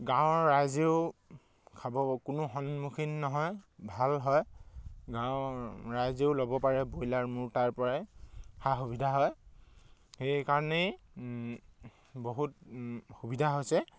গাঁৱৰ ৰাইজেও খাব কোনো সন্মুখীন নহয় ভাল হয় গাঁৱৰ ৰাইজেও ল'ব পাৰে ব্ৰইলাৰ মোৰ তাৰপৰাই সা সুবিধা হয় সেইকাৰণেই বহুত সুবিধা হৈছে